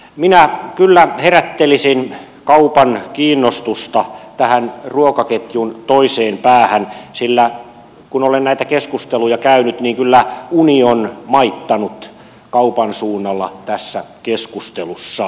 minä kyllä herättelisin kaupan kiinnostusta tähän ruokaketjun toiseen päähän sillä kun olen näitä keskusteluja käynyt niin kyllä uni on maittanut kaupan suunnalla tässä keskustelussa